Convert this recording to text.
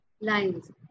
lines